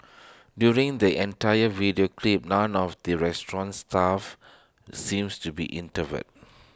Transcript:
during the entire video clip none of the restaurant's staff seems to be intervene